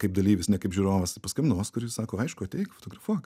kaip dalyvis ne kaip žiūrovas paskambinau oskarui jis sako aišku ateik fotografuok